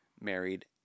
married